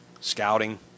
scouting